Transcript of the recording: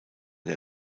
der